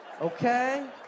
okay